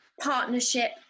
partnership